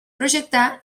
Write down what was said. projectar